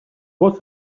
was